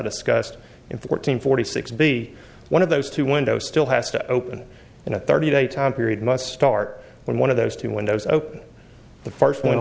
discussed in fourteen forty six be one of those two windows still has to open in a thirty day time period must start when one of those two windows open the first one